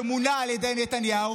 שמונה על ידי נתניהו,